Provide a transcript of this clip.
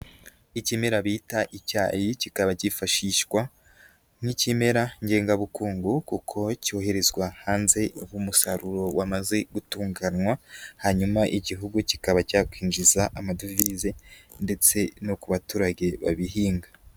Ikimera bita icyayi kikaba kifashishwa nk'ikimera ngengabukungu kuko cyoherezwa hanze mu musaruro wamaze gutunganywa hanyuma Igihugu kikaba cyakwinjiza amadovize ndetse no ku baturage babihinga.